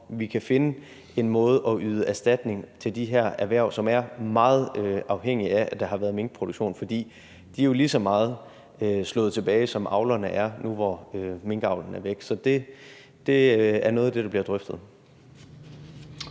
vi kan finde en måde at yde erstatning til de her erhverv, som har været meget afhængige af, at der har været minkproduktion. For de er jo blevet slået lige så meget tilbage, som avlerne er nu, hvor minkavlen væk. Så det er noget af det, der bliver drøftet.